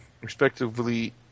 respectively